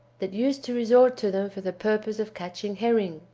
that used to resort to them for the purpose of catching herring,